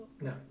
No